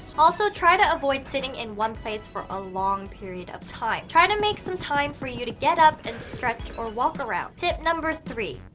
also, try to avoid sitting in one place for a long period of time. try to make some time for you to get up and stretch or walk around. tip number three.